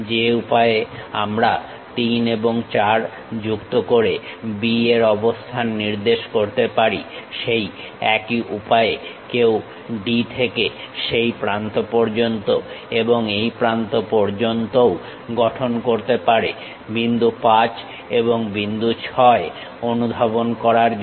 যে উপায়ে আমরা 3 এবং 4 যুক্ত করে B এর অবস্থান নির্দেশ করতে পারি সেই একই উপায়ে কেউ D থেকে সেই প্রান্ত পর্যন্ত এবং এই প্রান্ত পর্যন্তও গঠন করতে পারে বিন্দু 5 এবং বিন্দু 6 অনুধাবন করার জন্য